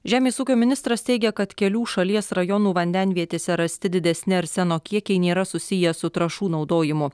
žemės ūkio ministras teigia kad kelių šalies rajonų vandenvietėse rasti didesni arseno kiekiai nėra susiję su trąšų naudojimu